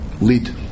Lead